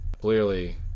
clearly